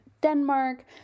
Denmark